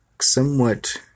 somewhat